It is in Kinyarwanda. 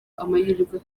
amahirwe